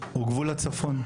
הוא גבול הצפון.